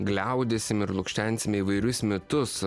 gliaudysim ir lukštensim įvairius mitus